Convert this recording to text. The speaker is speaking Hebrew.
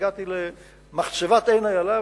הגעתי למחצבת עין-איילה,